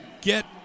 get